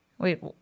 wait